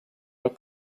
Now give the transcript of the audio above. your